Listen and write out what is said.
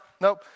nope